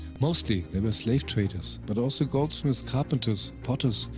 mostly they were slave traders but also goldsmiths, carpenters, potters,